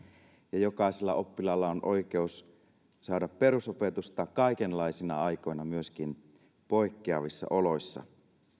ja jokaisella oppilaalla on oikeus saada perusopetusta kaikenlaisina aikoina myöskin poikkeavissa oloissa